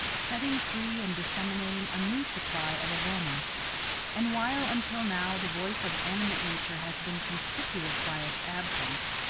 setting free and disseminating a new supply of aroma and while until now the voice of animate nature has been conspicuous by its absence,